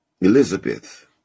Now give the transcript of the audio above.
Elizabeth